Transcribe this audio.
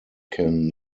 can